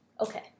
okay